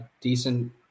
decent